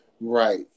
Right